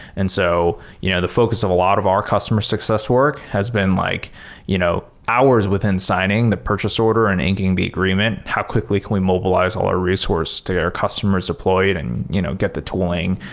and so you know the focus of a lot of our customer success work has been like you know hours within signing the purchase order and inking the agreement. how quickly can we mobilize all our resource to our customers deploy it and you know get the tooling,